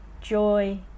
joy